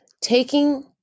taking